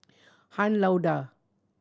Han Lao Da